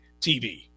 TV